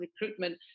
recruitment